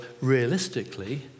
realistically